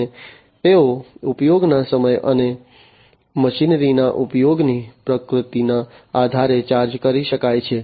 અને તેઓ ઉપયોગના સમય અને મશીનરીના ઉપયોગની પ્રકૃતિના આધારે ચાર્જ કરી શકાય છે